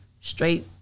straight